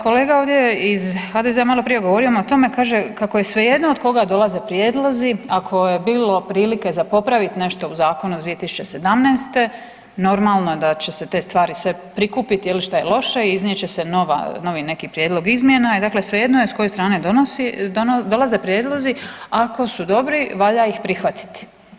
Kolega ovdje iz HDZ-a malo prije je govorio o tome, kaže kako je svejedno od koga dolaze prijedlozi, ako je bilo prilike za popravit za nešto u zakonu iz 2017. normalno je da će se te stvari prikupiti je li šta je loše i iznijet će se neki novi prijedlog izmjena, dakle svejedno je s koje strane dolaze prijedlozi ako su dobri valja ih prihvatiti.